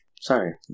Sorry